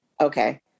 okay